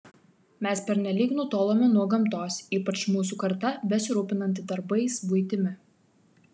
mes pernelyg nutolome nuo gamtos ypač mūsų karta besirūpinanti darbais buitimi